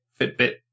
Fitbit